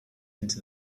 into